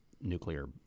nuclear